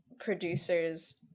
producers